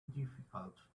difficult